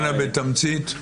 אנא בתמצית.